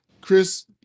Chris